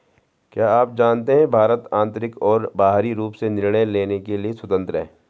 क्या आप जानते है भारत आन्तरिक और बाहरी रूप से निर्णय लेने के लिए स्वतन्त्र है?